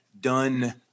done